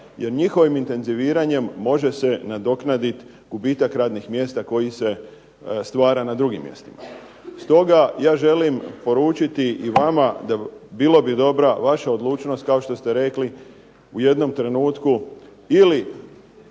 jer njihovim intenziviranjem može se nadoknaditi gubitak radnih mjesta koji se stvara na drugim mjestima. Stoga ja želim poručiti i vama da bila bi dobra vaša odlučnost, kao što ste rekli u jednom trenutku ili